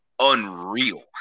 unreal